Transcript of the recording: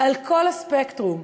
על כל הספקטרום.